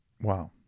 wow